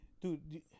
dude